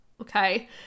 Okay